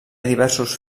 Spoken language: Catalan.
diversos